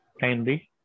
kindly